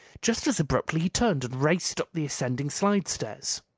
just as abruptly he turned and raced up the ascending slidestairs.